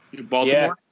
Baltimore